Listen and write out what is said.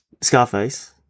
Scarface